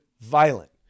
violent